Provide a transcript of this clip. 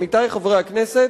עמיתי חברי הכנסת,